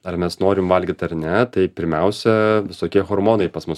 ar mes norim valgyt ar ne tai pirmiausia visokie hormonai pas mus